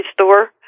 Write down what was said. store